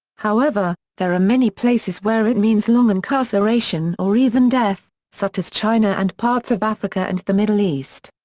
however, there are many places where it means long incarceration or even death, such as china and parts of africa and the middle east.